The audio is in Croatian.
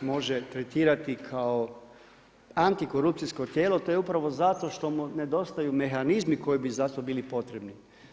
može tretirati kao antikorupcijsko tijelo, to je upravo zato što mu nedostaju mehanizmi koji bi zato bili potrebni.